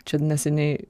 čia neseniai